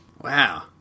Wow